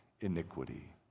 iniquity